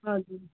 हजुर